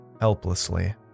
Helplessly